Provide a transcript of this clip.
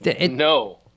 No